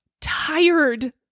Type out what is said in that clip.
tired